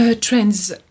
Trends